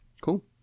Cool